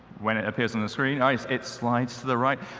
when it appears on the screen, it slides to the right.